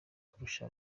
kurusha